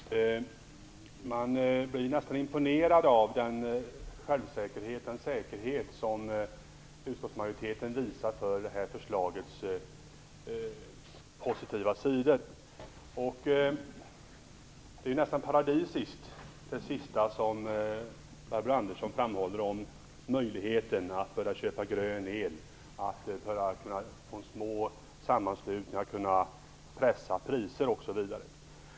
Herr talman! Man blir nästan imponerad av den självsäkerhet och den säkerhet som utskottsmajoriteten visar i fråga om förslagets positiva sidor. Det som Barbro Andersson framhåller om möjligheterna att köpa grön el är nästan paradisiskt. De små sammanslutningarna skall kunna pressa priserna osv.